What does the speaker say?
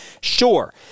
Sure